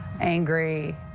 angry